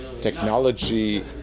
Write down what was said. Technology